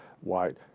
white